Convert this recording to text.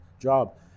job